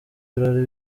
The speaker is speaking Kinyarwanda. birori